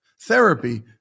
Therapy